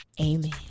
Amen